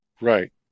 Right